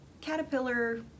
Caterpillar